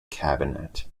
cabinet